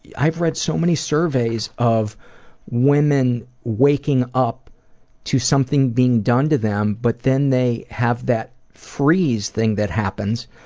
i've read so many surveys of women waking up to something being done to them but then they have that freeze thing that happens,